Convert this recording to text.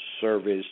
service